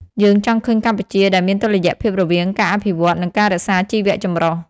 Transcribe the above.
យើងចង់ឃើញកម្ពុជាដែលមានតុល្យភាពរវាងការអភិវឌ្ឍ និងការរក្សាជីវចម្រុះ។